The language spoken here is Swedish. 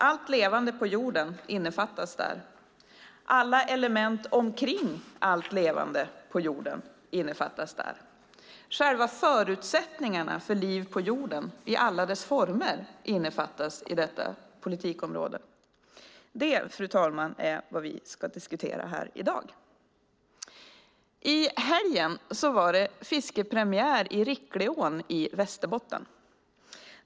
Allt levande på jorden innefattas där. Alla element omkring allt levande på jorden innefattas där. Själva förutsättningarna för liv på jorden i alla dess former innefattas i detta politikområde. Det, fru talman, är vad vi ska diskutera här i dag. I helgen var det fiskepremiär i Rickleån i Västerbotten.